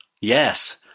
Yes